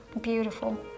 beautiful